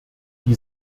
die